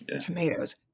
tomatoes